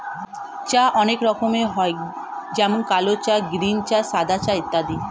চা অনেক রকমের হয় যেমন কালো চা, গ্রীন চা, সাদা চা ইত্যাদি